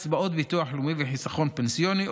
קצבאות ביטוח לאומי וחיסכון פנסיוני,